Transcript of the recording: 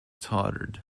tottered